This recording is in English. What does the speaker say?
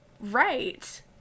right